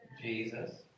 Jesus